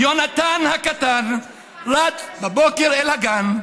"יונתן הקטן רץ בבוקר אל הגן,